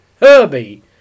Herbie